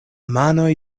manoj